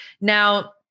Now